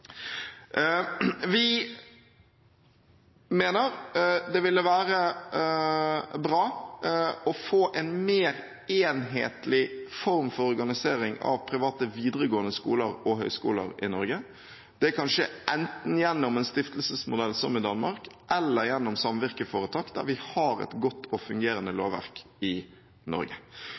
Vi mener det ville være bra å få en mer enhetlig form for organisering av private videregående skoler og høyskoler i Norge. Det kan skje enten gjennom en stiftelsesmodell, som i Danmark, eller gjennom samvirkeforetak, der vi har et godt og fungerende lovverk i Norge.